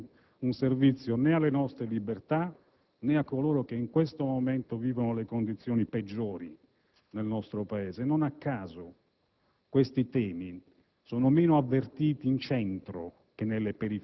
È una sicurezza ed una libertà che ci chiedono soprattutto le comunità e i cittadini meno agiati, coloro che non hanno il denaro per permettersi *bodyguard* o istituti di vigilanza privati.